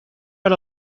per